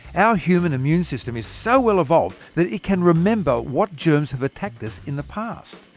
our human immune system is so well evolved that it can remember what germs have attacked us in the past.